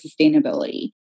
sustainability